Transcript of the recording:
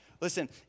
Listen